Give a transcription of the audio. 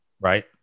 Right